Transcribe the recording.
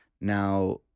Now